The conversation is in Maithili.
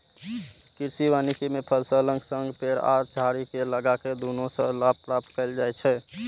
कृषि वानिकी मे फसलक संग पेड़ आ झाड़ी कें लगाके दुनू सं लाभ प्राप्त कैल जाइ छै